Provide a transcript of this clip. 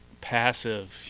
passive